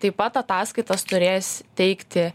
taip pat ataskaitas turės teikti